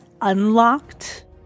unlocked